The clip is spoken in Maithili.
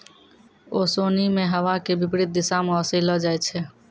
ओसोनि मे हवा के विपरीत दिशा म ओसैलो जाय छै